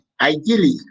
Ideally